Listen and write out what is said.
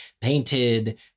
painted